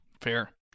Fair